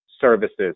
services